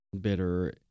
bitter